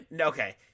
Okay